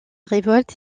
révolte